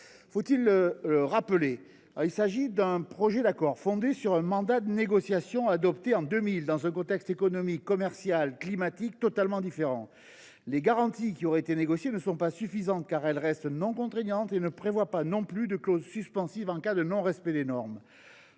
faut il le rappeler, d’un projet d’accord fondé sur un mandat de négociation adopté en 2000, dans un contexte économique, commercial, climatique totalement différent. Les garanties qui auraient été négociées ne sont pas suffisantes. Elles restent non contraignantes et ne prévoient pas non plus de clause suspensive en cas de non respect des normes.